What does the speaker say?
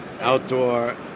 outdoor